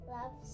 Love